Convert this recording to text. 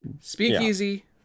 Speakeasy